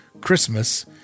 Christmas